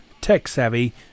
tech-savvy